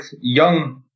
young